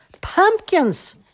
Pumpkins